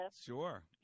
sure